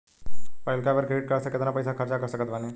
पहिलका बेर credit card से केतना पईसा खर्चा कर सकत बानी?